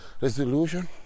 resolution